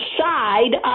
side